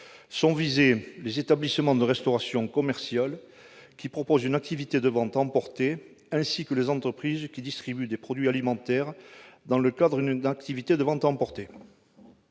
sont visés les établissements de restauration commerciale qui proposent une activité de vente à emporter, ainsi que les entreprises qui distribuent des produits alimentaires dans le cadre d'une activité de vente à emporter.